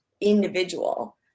individual